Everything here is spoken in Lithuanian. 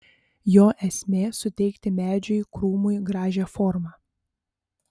jo esmė suteikti medžiui krūmui gražią formą